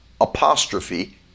apostrophe